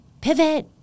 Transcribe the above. pivot